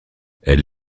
elle